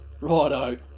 Righto